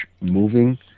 moving